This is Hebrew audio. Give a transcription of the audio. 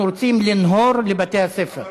אנחנו רוצים לנהור לבתי-הספר.